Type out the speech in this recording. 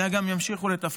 אלא גם ימשיכו לתפקד.